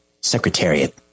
Secretariat